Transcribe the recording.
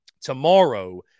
tomorrow